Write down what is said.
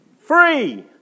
Free